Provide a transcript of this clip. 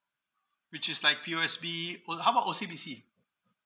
which is like P_O_S_B or how about O_C_B_C